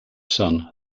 son